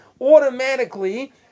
automatically